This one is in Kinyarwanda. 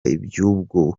iby’ubwo